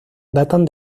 datan